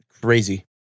Crazy